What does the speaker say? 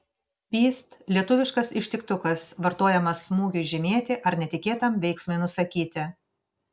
pyst lietuviškas ištiktukas vartojamas smūgiui žymėti ar netikėtam veiksmui nusakyti